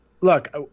look